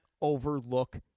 overlook